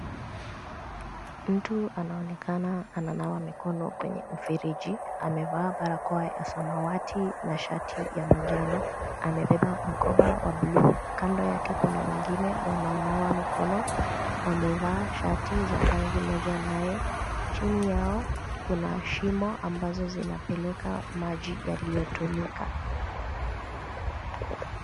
Mtu anaonekana ananawa mikono kwenye mfereji . Amevaa barakoa ya samawati na shati ya manjano. Amebeba mkoba wa bluu, kando yake kuna wengine wanaonawa mikono. Wamevaa shati za rangi moja naye, chini yao kuna shimo ambazo zinapeleka maji yaliyotumika.